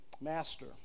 Master